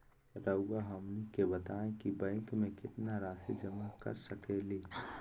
रहुआ हमनी के बताएं कि बैंक में कितना रासि जमा कर सके ली?